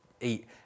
eat